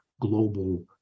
global